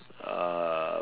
uh